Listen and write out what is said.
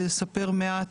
ולספר מעט.